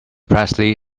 presley